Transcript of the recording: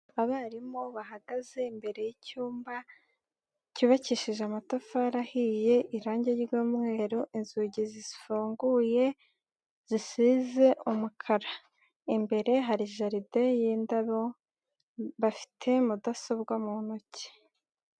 Abarimu bahagaze imbere y'icyumba cyubakishije amatafari ahiye, irangi ry'jmweru, inzugi zifunguye zisize umukara, imbere hari jaride y'indabo, bafite mudasobwa mu ntoki.